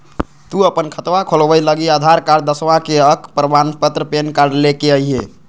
तू अपन खतवा खोलवे लागी आधार कार्ड, दसवां के अक प्रमाण पत्र, पैन कार्ड ले के अइह